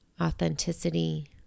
authenticity